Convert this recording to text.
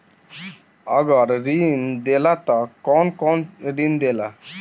अगर ऋण देला त कौन कौन से ऋण देला?